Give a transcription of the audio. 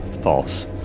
false